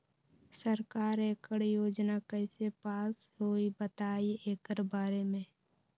सरकार एकड़ योजना कईसे पास होई बताई एकर बारे मे?